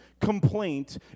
complaint